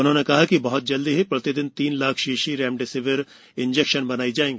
उन्होंने कहा कि बहृत जल्द प्रतिदिन तीन लाख शीशी रेमडेसिविर इंजेक्शन बनायी जायेगी